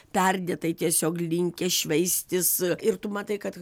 perdėtai tiesiog linkę šveistis ir tu matai kad